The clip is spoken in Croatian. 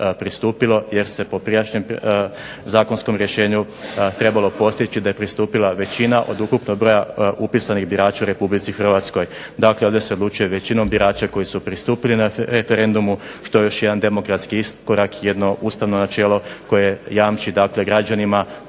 pristupilo jer se po prijašnjem zakonskom rješenju trebalo postići da je pristupila većina od ukupnog broja upisanih birača u RH. Dakle, ovdje se odlučuje većinom birača koji su pristupili na referendumu što je još jedan demokratski iskorak jedno ustavno načelo koje jamči građanima